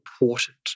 important